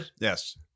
Yes